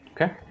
Okay